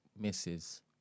Misses